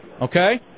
Okay